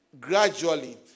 gradually